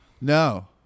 No